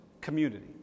community